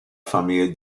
famille